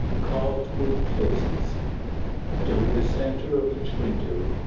carved wooden faces and over the centre of each window,